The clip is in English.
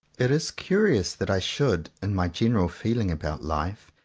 it is curious that i should, in my general feeling about life,